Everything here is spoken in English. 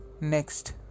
next